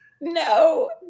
No